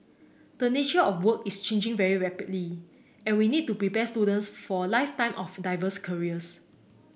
the nature of work is changing very rapidly and we need to prepare students for a lifetime of diverse careers